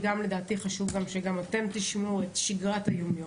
לדעתי חשוב שגם אתם תשמעו את שגרת היום-יום.